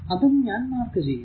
അതും ഞാൻ മാർക്ക് ചെയ്യുന്നു